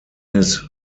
his